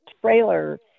trailer